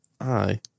Aye